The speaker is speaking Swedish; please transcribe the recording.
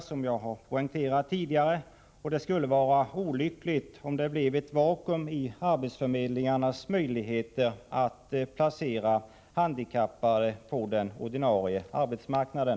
Som jag har poängterat tidigare brådskar det, och det skulle vara olyckligt om det blev ett vakuum när det gäller arbetsförmedlingarnas möjligheter att placera handikappade på den ordinarie arbetsmarknaden.